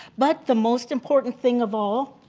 but the most important thing of all,